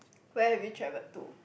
where have you travel to